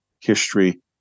history